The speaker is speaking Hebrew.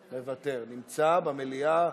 מוותר, נמצא במליאה,